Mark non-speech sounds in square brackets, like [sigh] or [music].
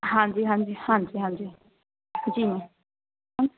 ਹਾਂਜੀ ਹਾਂਜੀ ਹਾਂਜੀ ਹਾਂਜੀ ਜੀ ਮੈਮ [unintelligible]